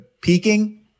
peaking